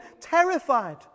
terrified